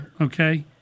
Okay